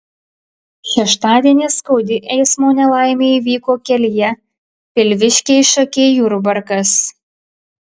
šeštadienį skaudi eismo nelaimė įvyko kelyje pilviškiai šakiai jurbarkas